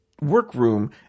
workroom